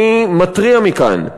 אני מתריע מכאן: